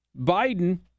Biden